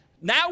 now